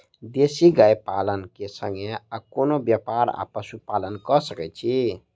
देसी गाय पालन केँ संगे आ कोनों व्यापार वा पशुपालन कऽ सकैत छी?